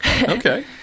Okay